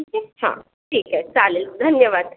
ठीक आहे हं ठीक आहे चालेल धन्यवाद